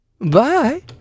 bye